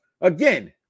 again